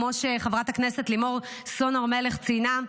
כמו שחברת הכנסת לימור סון הר מלך ציינה,